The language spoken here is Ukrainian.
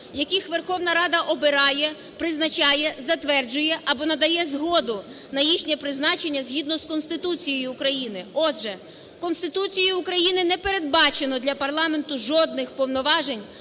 яких Верховна Рада обирає, призначає, затверджує або надає згоду на їхнє призначення, згідно з Конституцією України. Отже, Конституцією України не передбачено для парламенту жодних повноважень